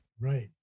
Right